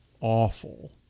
awful